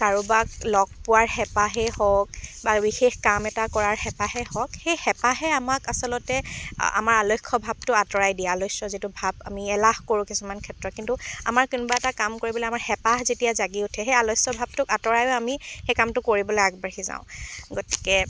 কাৰোবাক লগ পোৱাৰ হেঁপাহেই হওক বা বিশেষ কাম এটা কৰাৰ হেঁপাহেই হওক সেই হেঁপাহে আমাক আচলতে আ আমাৰ আলস্য ভাৱটো আঁতৰাই দিয়ে আলস্য যিটো ভাৱ আমি এলাহ কৰোঁ কিছুমান ক্ষেত্ৰত কিন্তু আমাৰ কোনোবা এটা কাম কৰিবলৈ আমাৰ হেঁপাহ যেতিয়া জাগি উঠে সেই আলস্য ভাৱটোক আঁতৰায়ো আমি সেই কামটো কৰিবলৈ আগবাঢ়ি যাওঁ গতিকে